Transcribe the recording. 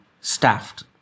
staffed